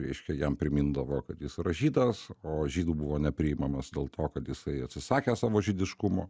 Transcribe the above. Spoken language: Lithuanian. reiškia jam primindavo kad jis rašytojas o žydų buvo nepriimamas dėl to kad jisai atsisakė savo žydiškumo